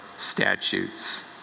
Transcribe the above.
Statutes